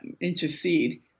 intercede